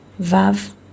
Vav